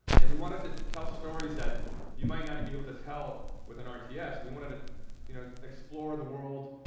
and we wanted to tell stories that you might not be able to tell with an rts. we wanted to you know explore the world,